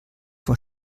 vor